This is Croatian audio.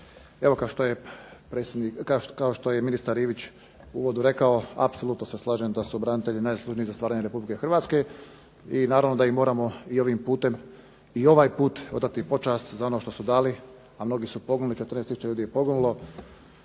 Evo kao što je ministar Ivić u uvodu rekao apsolutno se slažem da su branitelji najzaslužniji za stvaranje Republike Hrvatske i naravno da im moramo i ovaj puta odati počast za ono što su dali, a mnogi su poginuli, 14 tisuća ljudi je poginulo,